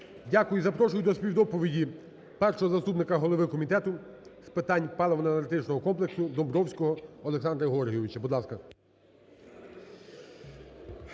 Дякую. Запрошую до співдоповіді першого заступника голови Комітету з питань паливо-енергетичного комплексу Домбровського Олександра Георгійовича,